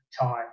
time